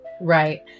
Right